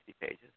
pages